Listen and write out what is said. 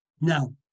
Now